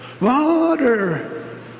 water